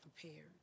prepared